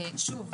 שוב,